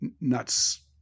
nuts